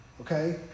okay